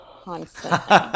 constantly